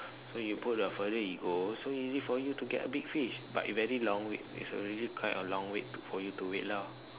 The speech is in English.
so you put the further you go so easy for you get a big fish but very long wait is a really quite a long wait for you to wait lah